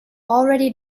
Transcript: already